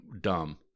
dumb